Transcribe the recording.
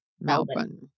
Melbourne